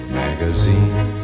magazine